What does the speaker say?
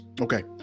Okay